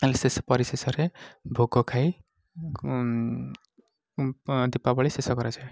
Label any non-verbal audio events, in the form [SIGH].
[UNINTELLIGIBLE] ଶେଷରେ ପରିଶେଷରେ ଭୋଗ ଖାଇ ଦୀପାବଳି ଶେଷ କରାଯାଏ